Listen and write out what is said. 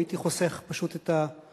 הייתי חוסך פשוט את הטרחה.